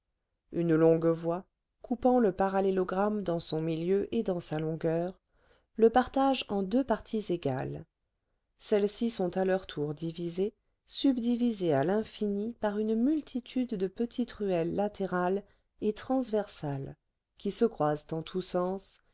une longue voie coupant le parallélogramme dans son milieu et dans sa longueur le partage en deux parties égale celles-ci sont à leur tour divisées subdivisées à l'infini par une multitude de petites ruelles latérales et transversales qui se croisent en tous sens